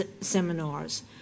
seminars